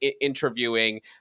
interviewing